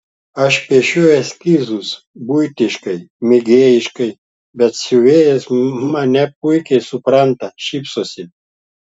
aš piešiu eskizus buitiškai mėgėjiškai bet siuvėjos mane puikiai supranta šypsosi